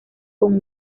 con